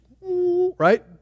right